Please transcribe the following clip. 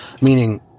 Meaning